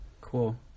Cool